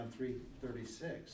3.36